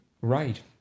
Right